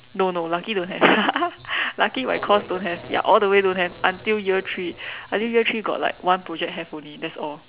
no no lucky don't have lucky my course don't have ya all the way don't have until year three I think year three got like one project have only that's all